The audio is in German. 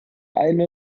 eine